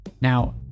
Now